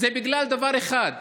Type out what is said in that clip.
זה בגלל דבר אחד.